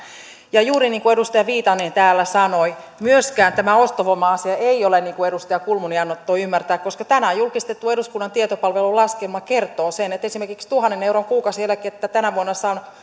ja juuri niin kuin edustaja viitanen täällä sanoi myöskään tämä ostovoima asia ei ole niin kuin edustaja kulmuni antoi ymmärtää koska tänään julkistettu eduskunnan tietopalvelun laskelma kertoo että esimerkiksi tuhannen euron kuukausieläkettä tänä vuonna saaneen